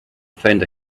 found